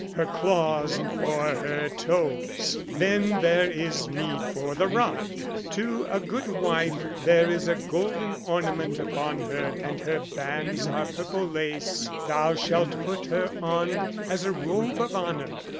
her claws, or her toes. then there is need for the rod. to a good wife, there is a golden ornament upon her, and her bands are purple lace thou shalt put her on as a robe of honour,